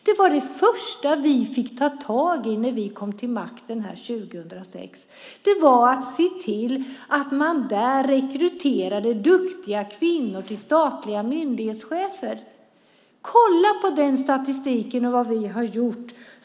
Det första vi fick ta itu med när vi kom till makten 2006 var att se till att man rekryterade duktiga kvinnor till statliga myndighetschefer. Kolla på den statistiken och vad vi har gjort!